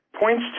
points